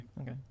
Okay